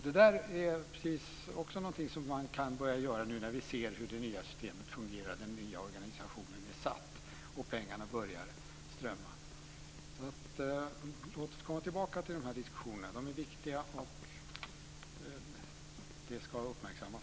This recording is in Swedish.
Det är också någonting som man kan diskutera nu när vi ser hur det nya systemet fungerar och den nya organisationen har satt sig och pengarna börjar strömma. Låt oss återkomma till den här diskussionen. Den är viktig, och detta ska naturligtvis uppmärksammas.